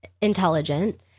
intelligent